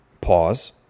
pause